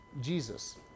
Jesus